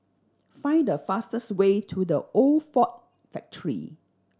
find the fastest way to The Old Ford Factory